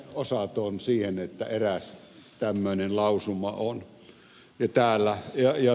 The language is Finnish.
en ole osaton siihen että eräs tämmöinen lausuma on täällä